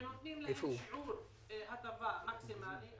ונותנים להם שיעור הטבה מקסימלי.